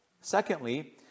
Secondly